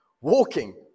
walking